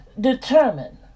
determined